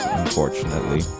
unfortunately